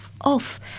off